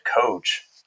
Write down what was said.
coach